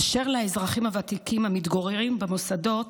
אשר לאזרחים הוותיקים המתגוררים במוסדות,